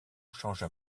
changea